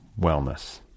wellness